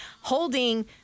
holding